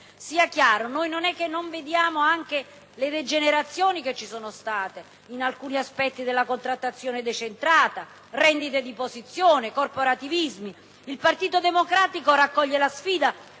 Sia chiaro, non è che non vediamo le degenerazioni di alcuni aspetti della contrattazione decentrata, come le rendite di posizione o i corporativismi. Il Partito Democratico raccoglie la sfida,